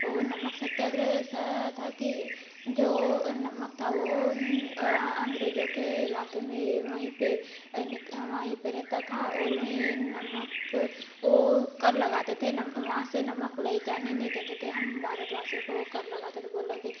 वह नमक सत्याग्रह साथ आ कि जो नमक था वह अंग्रेजों के इलाके में वहीं पर वहीं पर रहता था और वहीं नमक वह कर लगाते थे नम वहाँ से नमक ले जाने नहीं देते थे हम भारतवासियों को कर लगाते थे बोला कि